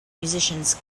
musicians